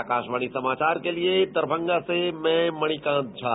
आकाशवाणी समाचार के लिए दरभंगा से मैं मणिकांत झा